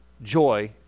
joy